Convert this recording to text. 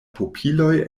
pupiloj